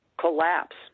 collapse